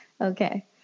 Okay